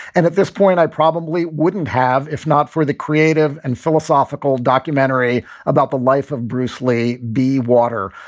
and at this point, i probably wouldn't have if not for the creative and philosophical documentary about the life of bruce lee be water.